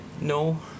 No